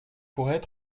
pourraient